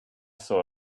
saw